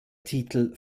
titel